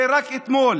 זה רק אתמול